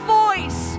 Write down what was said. voice